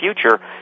future